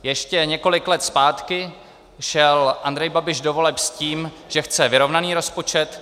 Ještě několik let zpátky šel Andrej Babiš do voleb s tím, že chce vyrovnaný rozpočet.